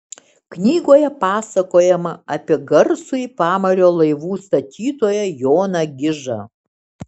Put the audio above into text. knygoje pasakojama apie garsųjį pamario laivų statytoją joną gižą